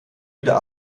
wieder